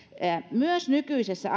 myös nykyisessä